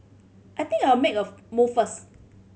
I think I'll make a move first